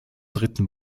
dritten